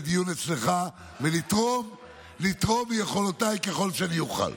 דיון אצלך ולתרום מיכולותיי ככל שאוכל.